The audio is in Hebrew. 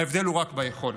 ההבדל הוא רק ביכולת.